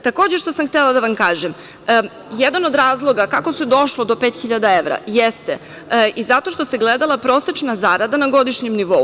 Takođe, htela sam da vam kažem, jedan od razloga kako se došlo do 5.000 evra jeste i zato što se gledala prosečna zarada na godišnjem nivou.